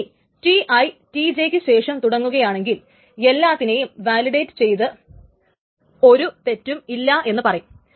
ഇനി Ti Tj ക്ക് ശേഷം തുടങ്ങുകയാണെങ്കിൽ എല്ലാത്തിനെയും വാലിഡേറ്റ് ചെയ്ത് ഒരു തെറ്റും ഇല്ല എന്നു പറയുന്നു